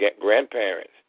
grandparents